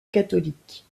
catholiques